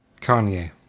Kanye